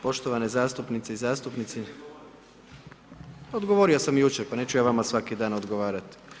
Poštovane zastupnice i zastupnici, odgovorio sam jučer, pa neću ja vama svaki dan odgovarati.